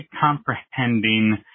comprehending